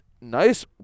nice